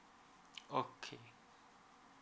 okay